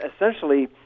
essentially